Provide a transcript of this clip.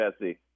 Jesse